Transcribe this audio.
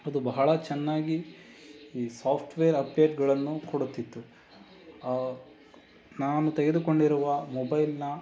ಅದು ಬಹಳ ಚೆನ್ನಾಗಿ ಈ ಸಾಫ್ಟ್ವೇರ್ ಅಪ್ಡೇಟ್ಗಳನ್ನು ಕೊಡುತ್ತಿತ್ತು ನಾನು ತೆಗೆದುಕೊಂಡಿರುವ ಮೊಬೈಲ್ನ